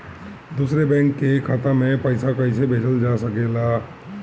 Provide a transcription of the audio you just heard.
दूसरे बैंक के खाता में पइसा कइसे भेजल जा सके ला?